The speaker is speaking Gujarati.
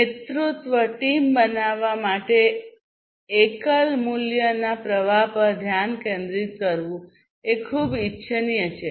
નેતૃત્વ ટીમ બનાવવા માટે એકલ મૂલ્યના પ્રવાહ પર ધ્યાન કેન્દ્રિત કરવું એ ખૂબ ઇચ્છનીય છે